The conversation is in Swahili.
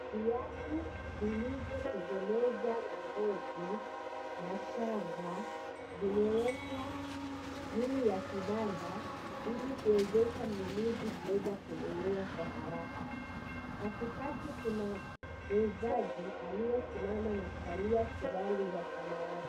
Viatu vilivyotengenezwa na ngozi na shanga vimewekwa juu ya kibanda ili kuwezesha mnunuzi kuweza kununua kwa haraka. Katikati kuna muuzaji aliyesimama na kuvalia suruali ya samawati.